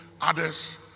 others